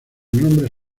nombres